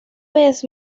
vez